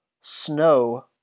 snow